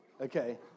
okay